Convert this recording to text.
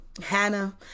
Hannah